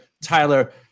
Tyler